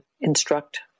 instruct